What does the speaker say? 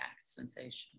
sensation